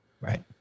Right